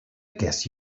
guess